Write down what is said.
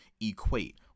equate